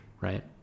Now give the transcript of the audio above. Right